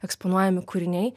eksponuojami kūriniai